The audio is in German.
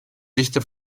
dichte